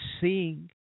seeing